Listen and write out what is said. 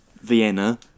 Vienna